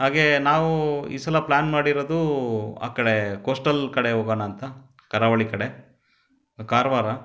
ಹಾಗೇ ನಾವು ಈ ಸಲ ಪ್ಲಾನ್ ಮಾಡಿರೋದು ಆ ಕಡೆ ಕೋಸ್ಟಲ್ ಕಡೆ ಹೋಗೋಣಾಂತ ಕರಾವಳಿ ಕಡೆ ಕಾರವಾರ